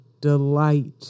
delight